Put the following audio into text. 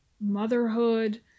motherhood